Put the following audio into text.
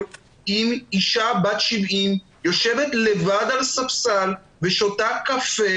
אם אישה בת 70 יושבת לבד על ספסל ושותה קפה,